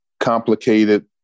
complicated